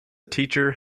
teacher